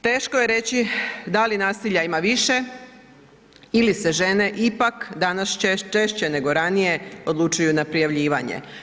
Teško je reći da li nasilja ima više ili se žene ipak danas češće nego ranije odlučuju na prijavljivanje.